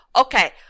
Okay